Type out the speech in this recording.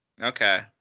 Okay